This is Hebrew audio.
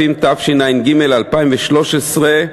התשע"ג 2013,